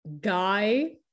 Guy